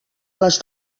les